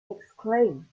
exclaim